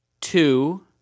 two